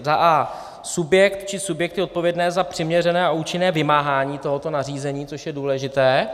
Za prvé subjekt či subjekty odpovědné za přiměřené a účinné vymáhání tohoto nařízení, což je důležité.